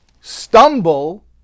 stumble